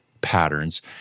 patterns